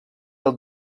als